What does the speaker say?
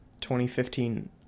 2015